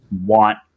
want